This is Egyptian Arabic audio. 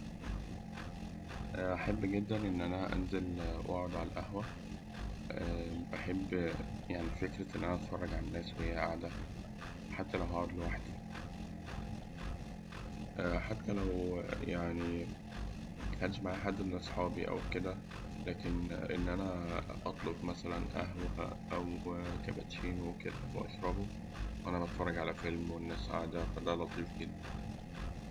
أحب جداً إن أنا أنزل وأقعد على القهوة، بحب يعني فكرة إن أنا أتفرج على الناس وهي قاعدة. حتى لو هأقعد لوحدي، حتى لو مكنش معايا حد من أصحابي أو كده، لكن إن أنا أطلب مثلاً قهوة أو لكن إن أنا أطلب مثلا قهوة أو كابتشينو وأشربه وأنا بتفرج على فيلم، والناس قاعدة، فده لطيف جداً.